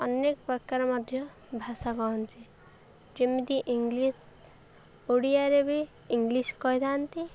ଅନେକ ପ୍ରକାର ମଧ୍ୟ ଭାଷା କହନ୍ତି ଯେମିତି ଇଂଲିଶ୍ ଓଡ଼ିଆରେ ବି ଇଂଲିଶ୍ କହିଥାନ୍ତି